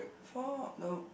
four nope